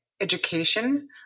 education